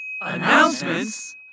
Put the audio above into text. Announcements